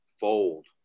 fold